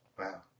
wow